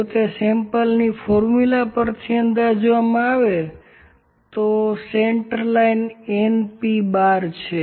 જો તે સેમ્પલની ફોર્મ્યુલા પરથી અંદાજવામાં આવે છે તો સેન્ટર લાઇનnp¯ છે